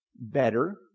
better